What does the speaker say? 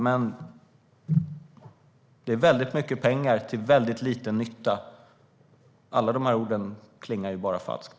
Men det är väldigt mycket pengar till väldigt liten nytta. Alla de här orden klingar bara falskt.